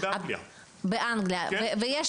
לי יש רישיון לעסוק בזה באנגליה.